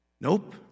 nope